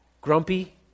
grumpy